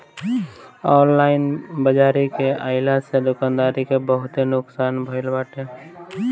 online बाजारी के आइला से दुकानदारी के बहुते नुकसान भईल बाटे